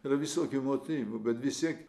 yra visokių motyvų bet vis tiek